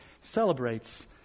celebrates